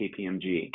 kpmg